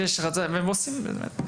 כשיש רצון, והם עושים.